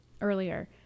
earlier